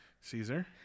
Caesar